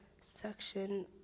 section